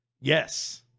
Yes